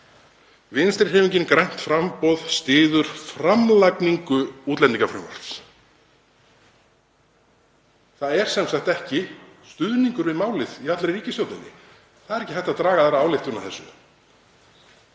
„Vinstrihreyfingin – grænt framboð styður framlagningu útlendingafrumvarps.“ Það er sem sagt ekki stuðningur við málið í allri ríkisstjórninni. Það er ekki hægt að draga aðra ályktun af þessu.